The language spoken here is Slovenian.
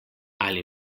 ali